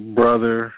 brother